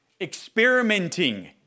experimenting